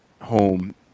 home